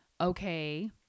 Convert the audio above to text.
Okay